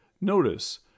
Notice